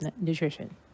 nutrition